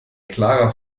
klarer